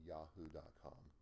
Yahoo.com